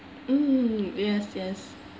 mm yes yes